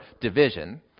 division